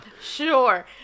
sure